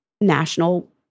national